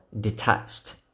detached